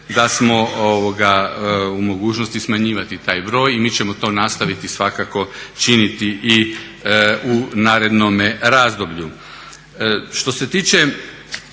da smo u mogućnosti smanjivati taj broj i mi ćemo to nastaviti svakako činiti i u narednome razdoblju. Što se tiče